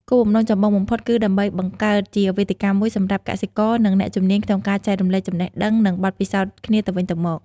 គោលបំណងចម្បងបំផុតគឺដើម្បីបង្កើតជាវេទិកាមួយសម្រាប់កសិករ និងអ្នកជំនាញក្នុងការចែករំលែកចំណេះដឹង និងបទពិសោធន៍គ្នាទៅវិញទៅមក។